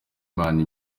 imana